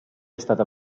stata